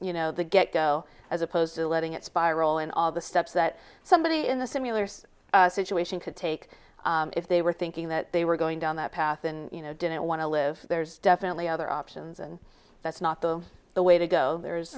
you know the get go as opposed to letting it spiral in all the steps that somebody in the similar situation could take if they were thinking that they were going down that path and you know didn't want to live there's definitely other options and that's not the way to go there's